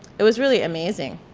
it was really amazing.